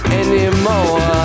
anymore